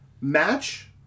match